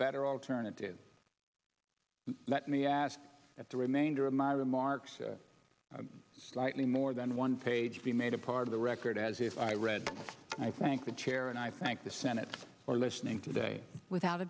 better alternative let me ask at the remainder of my remarks slightly more than one page be made a part of the record as if i read i thank the chair and i thank the senate for listening today without